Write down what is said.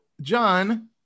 John